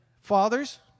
fathers